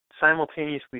simultaneously